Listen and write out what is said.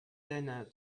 dinner